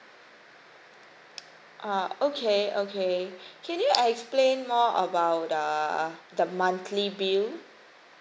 ah okay okay can you explain more about uh the monthly bill